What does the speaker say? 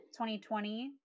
2020